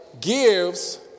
gives